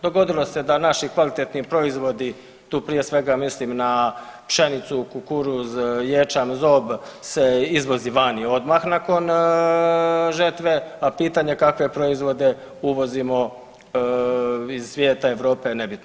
Dogodilo se da naši kvalitetni proizvodi tu prije svega mislim na pšenicu, kukuruz, ječam, zob se izvozi vani odmah nakon žetve, a pitanje kakve proizvode uvozimo iz svijeta, Europe, nebitno.